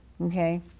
Okay